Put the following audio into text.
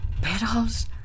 petals